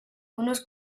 unos